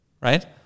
right